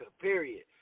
period